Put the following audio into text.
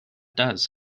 does